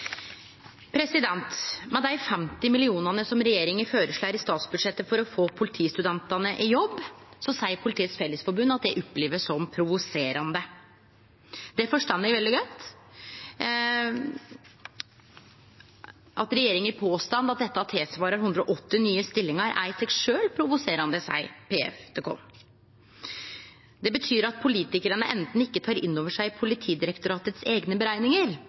Dei 50 mill. kr som regjeringa har føreslått i statsbudsjettet for å få politistudentane i jobb, opplever Politiets Fellesforbund som provoserande, seier dei. Det forstår eg veldig godt. At regjeringa påstår at dette utgjer 180 nye stillingar, er i seg sjølv provoserande, seier Politiets Fellesforbund til oss. Det betyr at politikarane anten ikkje tek innover seg Politidirektoratets eigne berekningar